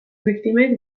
biktimek